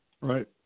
Right